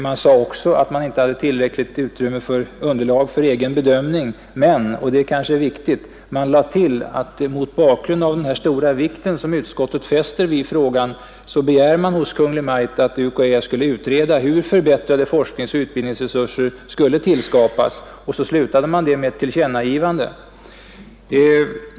Man sade också att man inte hade tillräckligt underlag för egen bedömning, men man tillade — och det är viktigt — att mot bakgrund av den stora betydelse som utskottet fäster vid frågan begär man hos Kungl. Maj:t att UKÄ utreder hur förbättrade forskningsoch utbildningsresurser skall tillskapas, och utskottet slutade denna begäran med ett tillkännagivande.